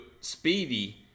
speedy